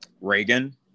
reagan